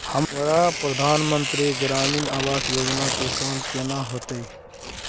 हमरा प्रधानमंत्री ग्रामीण आवास योजना के काम केना होतय?